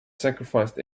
sacrificed